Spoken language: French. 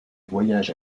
voyage